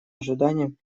ожиданиям